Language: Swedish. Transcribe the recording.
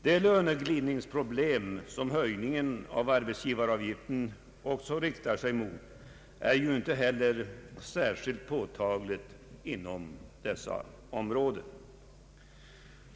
Det löneglidningsproblem som höjningen av arbetsgivaravgiften också riktar sig mot är inte heller särskilt påtagligt i dessa områden.